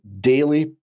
daily